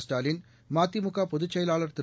ஸ்டாலின் மதிமுக பொதுச் செயலாளர் திரு